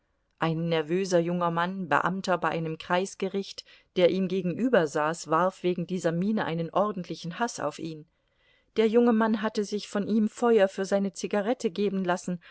ein nervöser junger mann beamter bei einem kreisgericht der ihm gegenübersaß warf wegen dieser miene einen ordentlichen haß auf ihn der junge mann hatte sich von ihm feuer für seine zigarette geben lassen